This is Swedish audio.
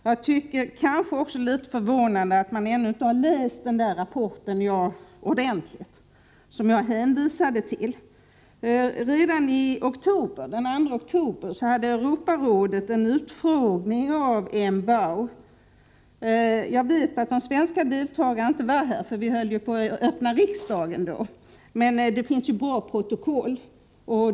Jag tycker också att det är litet förvånande att man ännu inte ordentligt läst den rapport som jag hänvisade till. Redan den 2 oktober hade Europarådet en utfrågning av M'Bow. Jag vet att de svenska delegaterna inte deltog i utfrågningen, eftersom vi då öppnade riksmötet, men det finns ju bra protokoll.